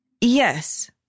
Yes